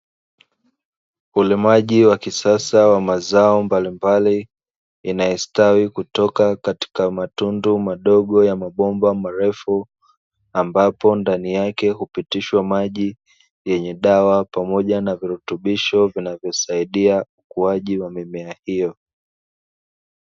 Ulimaji wa kisasa wa mazao mbalimbali yanayostawi kutoka katika matundu madogo ya mabomba marefu, ambapo ndani yake hupishwa maji yenye dawa pamoja na virutubisho Vinavyo saidia ukuaji wa mimea hiyo.